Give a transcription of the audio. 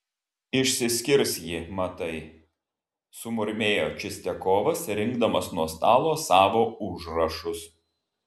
išsiskirs ji matai sumurmėjo čistiakovas rinkdamas nuo stalo savo užrašus